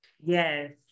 Yes